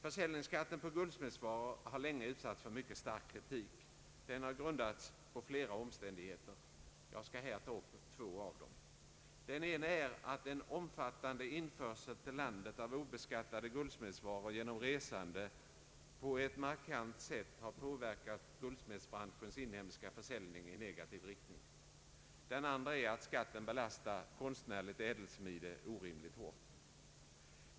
Försäljningsskatten på guldsmedsvaror har länge utsatts för mycket stark kritik, som grundats på flera omständigheter. Jag skall här ta upp två av dem. Den ena är att en omfattande införsel till landet av obeskattade guldsmedsvaror genom resande på ett markant sätt har påverkat guldsmedsbranschens inhemska försäljning i negativ riktning. Den andra är att skatten belastar konstnärligt ädelsmide orimligt hårt.